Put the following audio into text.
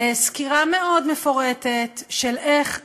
סקירה מאוד מפורטת של איך בעלים,